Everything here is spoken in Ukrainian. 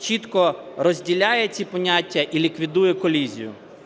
чітко розділяє ці поняття і ліквідує колізію.